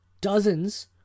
dozens